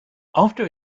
after